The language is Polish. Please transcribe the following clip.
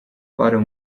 parę